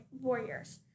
warriors